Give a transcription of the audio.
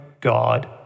God